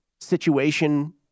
situation